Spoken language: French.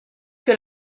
que